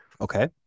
Okay